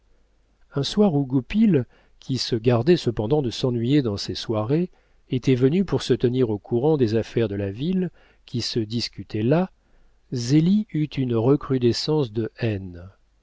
un soir où goupil qui se gardait cependant de s'ennuyer dans ces soirées était venu pour se tenir au courant des affaires de la ville qui se discutaient là zélie eut une recrudescence de